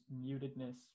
mutedness